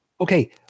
Okay